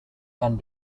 and